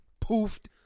poofed